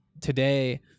today